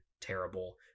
terrible